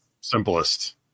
simplest